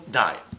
die